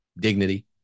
dignity